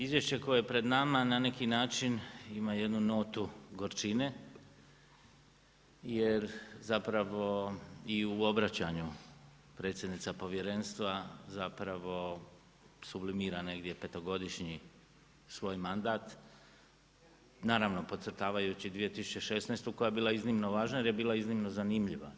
Izvješće koje je pred nama na neki način ima jednu notu gorčine, jer zapravo i u obraćanju predsjednica povjerenstva zapravo sublimira negdje petogodišnji svoj mandat naravno podcrtavajući 2016. koja je bila iznimno važna jer je bila iznimno zanimljiva.